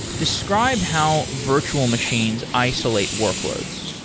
describe how virtual machines isolate workloads.